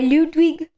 Ludwig